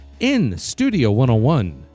instudio101